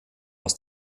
aus